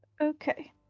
Okay